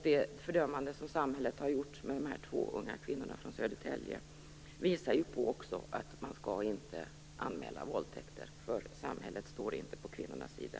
De fördömanden som samhället har gjort när det gäller de två unga kvinnorna från Södertälje visar ju också att våldtäkter inte skall anmälas, för samhället står inte på kvinnornas sida.